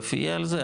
החורף יהיה על זה,